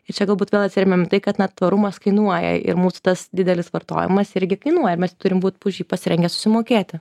ir čia galbūt vėl atsiremiam į tai kad na tvarumas kainuoja ir mūsų tas didelis vartojimas irgi kainuoja mes turim būt už jį pasirengę susimokėti